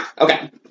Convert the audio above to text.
okay